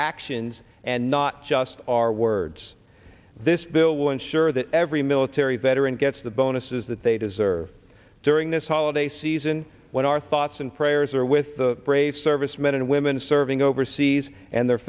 actions and not just our words this bill will ensure that every military veteran gets the bonuses that they deserve to bring this holiday season when our thoughts and prayers are with the brave servicemen and women serving overseas and their